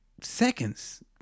seconds